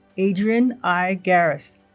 adrianne i. garris